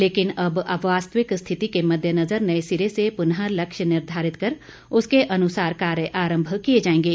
लेकिन अब वास्तविक स्थिति के मददेनजर नए सिरे से पुनः लक्ष्य निर्धारित कर उसके अनुसार कार्य आरम्भ किए जाएंगे